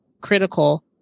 critical